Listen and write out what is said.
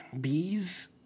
Bees